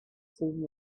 soon